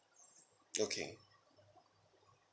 okay